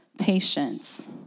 patience